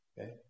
Okay